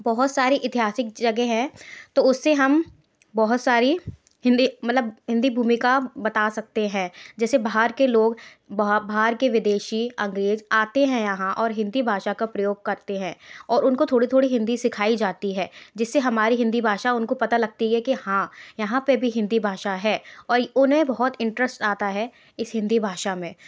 बहुत सारी ऐतिहासिक जगह हैं तो उससे हम बहुत सारी हिंदी मतलब हिंदी भूमिका बता सकते हैं जैसे बाहर के लोग बाहर के विदेशी अंग्रेज आते हैं यहाँ और हिंदी भाषा का प्रयोग करते हैं और उनको थोड़ी थोड़ी हिंदी सिखाई जाती है जिससे हमारी हिंदी भाषा उनको पता लगती है कि हाँ यहाँ पर भी हिंदी भाषा है ऐ और उन्हें बहुत इंटरेस्ट आता है इस हिंदी भाषा में